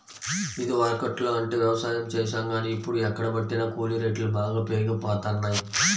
ఇదివరకట్లో అంటే యవసాయం చేశాం గానీ, ఇప్పుడు ఎక్కడబట్టినా కూలీ రేట్లు బాగా పెరిగిపోతన్నయ్